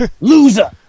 Loser